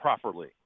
properly